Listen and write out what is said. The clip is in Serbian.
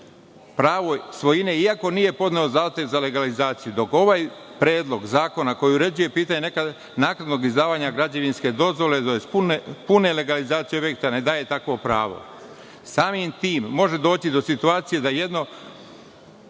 pravo svojine iako nije podneo zahtev za legalizaciju, dok Predlog zakona uređuje pitanje naknadnog izdavanja građevinske dozvole tj. pune legalizacije objekta ne daje takva pravo. Samim tim može doći do situacije da je